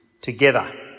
together